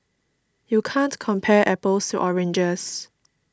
you can't compare apples to oranges